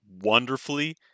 wonderfully